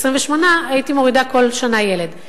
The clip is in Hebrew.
הייתי מורידה כל שנה ילד.